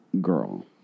Girl